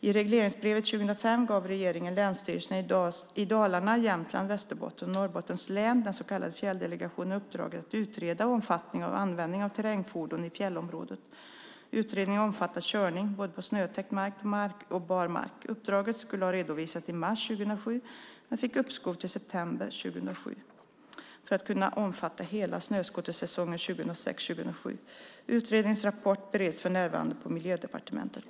I regleringsbrevet 2005 gav regeringen Länsstyrelserna i Dalarna, Jämtlands, Västerbottens och Norrbottens län, den så kallade Fjälldelegationen, uppdraget att utreda omfattningen av användningen av terrängfordon i fjällområdet. Utredningen omfattar körning både på snötäckt mark och barmark. Uppdraget skulle ha redovisats i mars 2007 men fick uppskov till september 2007 för att kunna omfatta hela snöskotersäsongen 2006/2007. Utredningens rapport bereds för närvarande på Miljödepartementet.